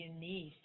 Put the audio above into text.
unique